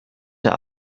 der